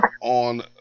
On